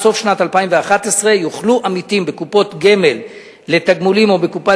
עד סוף שנת 2011 יוכלו עמיתים בקופות גמל לתגמולים או בקופת